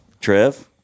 Trev